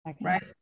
Right